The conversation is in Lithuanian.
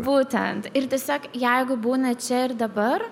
būtent ir tiesiog jeigu būni čia ir dabar